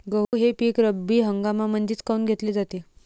गहू हे पिक रब्बी हंगामामंदीच काऊन घेतले जाते?